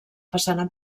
façana